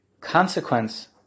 consequence